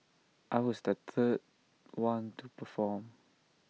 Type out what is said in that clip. I was the third one to perform